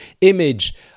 image